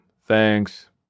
Thanks